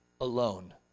alone